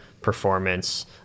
performance